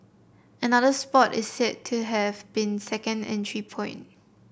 another spot is said to have been a second entry point